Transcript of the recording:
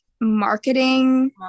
marketing